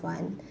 one